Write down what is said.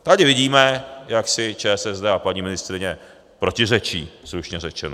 Tady vidíme, jak si ČSSD a paní ministryně protiřečí, slušně řečeno.